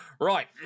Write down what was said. right